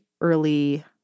early